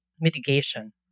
mitigation